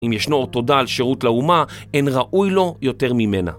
אם ישנו אות תודה על שירות לאומה, אין ראוי לו יותר ממנה.